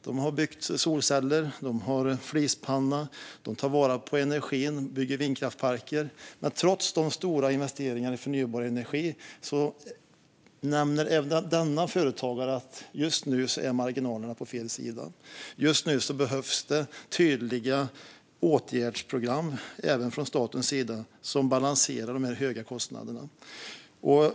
De har byggt solceller, de har en flispanna, de tar vara på energin och de bygger vindkraftsparker. Men trots de stora investeringarna i förnybar energi nämner även denna företagare att marginalerna just nu är på fel sida. Just nu behövs det tydliga åtgärdsprogram även från statens sida som balanserar de höga kostnaderna.